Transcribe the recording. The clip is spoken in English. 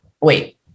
Wait